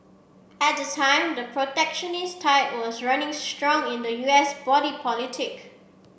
at the time the protectionist tide was running strong in the U S body politic